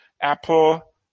Apple